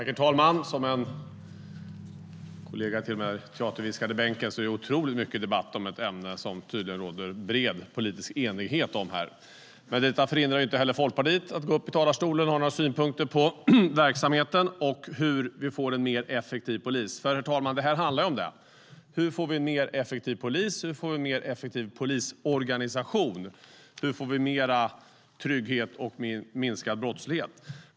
Herr talman! Som en kollega till mig teaterviskade i bänken är det otroligt mycket debatt om ett ämne som det tydligen råder bred politisk enighet om här. Men detta förhindrar inte heller Folkpartiet att gå upp i talarstolen och ge några synpunkter på verksamheten och hur vi får en mer effektiv polis. Herr talman! Det här handlar om hur vi får en mer effektiv polis, en mer effektiv polisorganisation och mer trygghet och minskad brottslighet.